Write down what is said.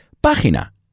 página